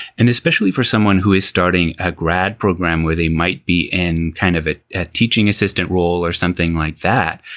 and especially for someone who is starting a grad program where they might be in kind of ah a teaching assistant role or something like. that,